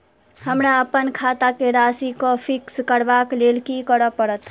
हमरा अप्पन खाता केँ राशि कऽ फिक्स करबाक लेल की करऽ पड़त?